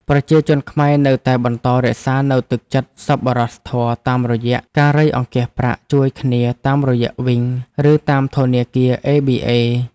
ប្រជាជនខ្មែរនៅតែបន្តរក្សានូវទឹកចិត្តសប្បុរសធម៌តាមរយៈការរៃអង្គាសប្រាក់ជួយគ្នាតាមរយៈវីង ឬតាមធនាគារអេប៊ីអេ។